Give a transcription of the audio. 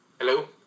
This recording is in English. Hello